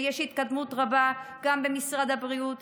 ויש התקדמות רבה גם במשרד הבריאות,